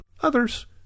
others